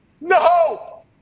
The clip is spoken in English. no